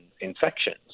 infections